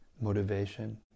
motivation